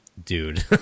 Dude